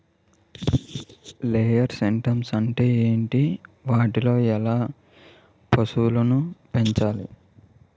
Layer systems అంటే ఏంటి? వాటిలో ఎలా పశువులను పెంచాలి?